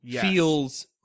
feels